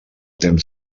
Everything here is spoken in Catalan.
temps